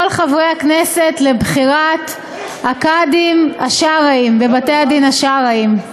כל חברי הוועדה לבחירת הקאדים השרעיים בבתי-הדין השרעיים.